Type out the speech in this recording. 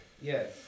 Yes